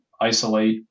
isolate